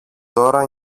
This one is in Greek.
τώρα